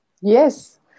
Yes